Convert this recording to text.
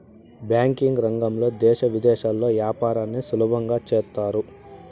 banking రంగంలో దేశ విదేశాల్లో యాపారాన్ని సులభంగా చేత్తారు